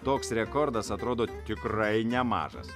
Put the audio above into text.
toks rekordas atrodo tikrai nemažas